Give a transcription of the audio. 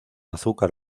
azúcar